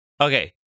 okay